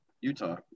Utah